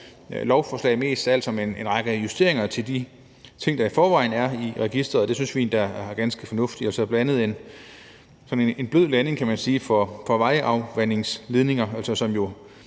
lovforslag som en række justeringer i forhold til de ting, der i forvejen er i registeret, og det synes vi da er ganske fornuftigt. Der er bl.a. tale om en blød landing, kan man sige, for vejafvandingsledninger, som jo